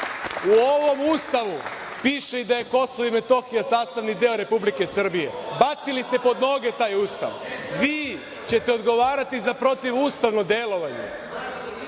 ovom Ustavu piše i da je Kosovo i Metohija sastavni deo Republike Srbije. Bacili ste pod noge taj Ustav. Vi ćete odgovarati za protivustavno delovanje.